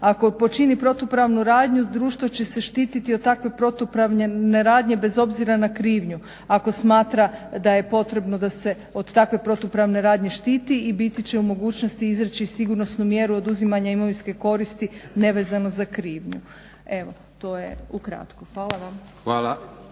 ako počini protupravnu radnju društvo će se štititi od takve protupravne radnje bez obzira na krivnju ako smatra da je potrebno da se od takve protupravne radnje štiti i biti će u mogućnosti izreći sigurnosnu mjeru oduzimanja imovinske koristi nevezano za krivnju. Evo, to je ukratko. Hvala vam.